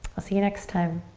i'll see you next time.